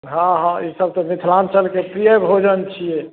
हॅं हॅं ई सभ तऽ मिथिलाञ्चल के प्रिय भोजन छियै